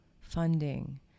funding